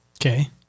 Okay